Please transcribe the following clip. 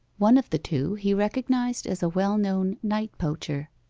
one of the two he recognized as a well-known night-poacher,